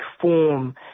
form